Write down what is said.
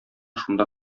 шунда